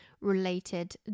related